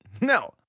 No